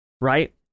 right